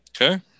Okay